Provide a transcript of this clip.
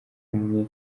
umwe